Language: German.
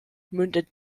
mündet